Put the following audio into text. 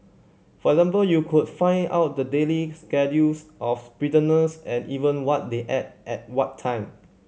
for example you could find out the daily schedules of prisoners and even what they ate at what time